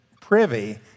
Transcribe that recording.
privy